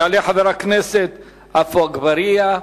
יעלה חבר הכנסת עפו אגבאריה,